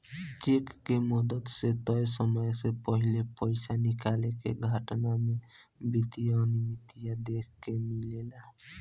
check के मदद से तय समय के पाहिले पइसा निकाले के घटना में वित्तीय अनिमियता देखे के मिलेला